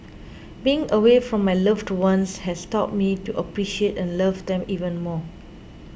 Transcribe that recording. being away from my loved ones has taught me to appreciate and love them even more